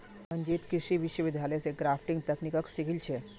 मंजीत कृषि विश्वविद्यालय स ग्राफ्टिंग तकनीकक सीखिल छ